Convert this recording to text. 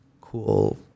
cool